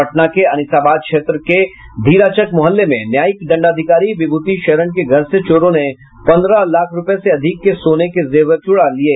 पटना के अनिसाबाद क्षेत्र के धीराचक मोहल्ले में न्यायिक दंडाधिकारी विभूति शरण के घर से चोरों ने पन्द्रह लाख रूपये से अधिक के सोने के जेवर चुरा लिये